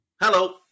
Hello